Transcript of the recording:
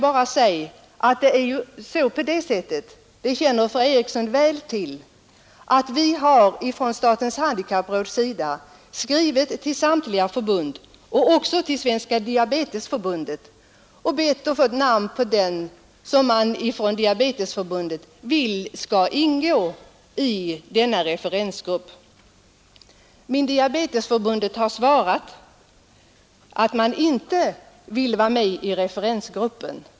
Fru Eriksson känner väl till att statens handikappråd har skrivit till samtliga förbund — även Svenska diabetesförbundet — och bett om namnuppgift på den som förbundet vill skall ingå i denna referensgrupp. Men Diabetesförbundet har svarat att man inte vill vara med i referensgruppen.